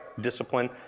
Discipline